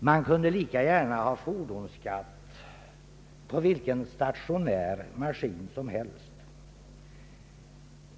Man kunde lika gärna ha fordonsskatt på vilken stationär maskin som helst.